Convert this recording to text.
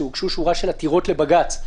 שהוגשה שורה של עתירות לבג"ץ,